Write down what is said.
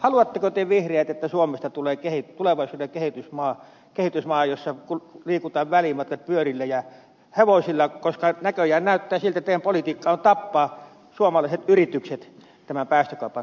haluatteko te vihreät että suomesta tulee tulevaisuuden kehitysmaa jossa liikutaan välimatkat pyörillä ja hevosilla koska näyttää siltä että teidän politiikkananne on tappaa suomalaiset yritykset tämän päästökaupan myötä